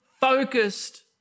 focused